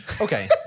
Okay